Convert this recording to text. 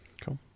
Cool